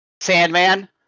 Sandman